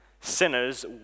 Sinners